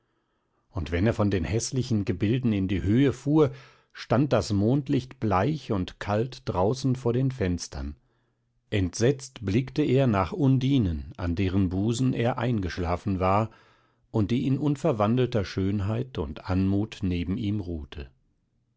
und wenn er von den häßlichen gebilden in die höhe fuhr stand das mondlicht bleich und kalt draußen vor den fenstern entsetzt blickte er nach undinen an deren busen er eingeschlafen war und die in unverwandelter schönheit und anmut neben ihm ruhte